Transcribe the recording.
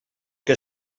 que